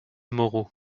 moreau